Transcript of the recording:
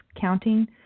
counting